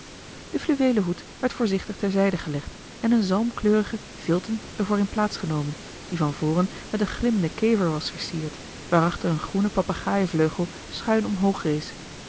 de fluweelen hoed werd voorzichtig ter zijde gelegd en een zalmkleurige vilten er voor in plaats genomen die van voren met een glimmenden kever was versierd waarachter een groene papegaaievleugel schuin omhoog